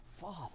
Father